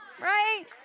right